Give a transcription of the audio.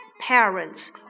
Parents